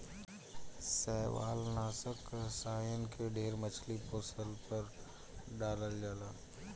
शैवालनाशक रसायन के ढेर मछली पोसला पर डालल जाला